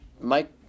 Mike